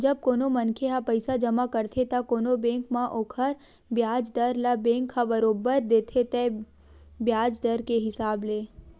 जब कोनो मनखे ह पइसा जमा करथे त कोनो बेंक म ओखर बियाज दर ल बेंक ह बरोबर देथे तय बियाज दर के हिसाब ले